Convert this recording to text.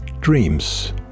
Dreams